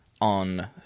on